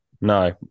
no